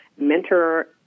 Mentor